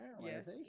Yes